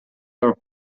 are